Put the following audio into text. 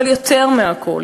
אבל יותר מכול,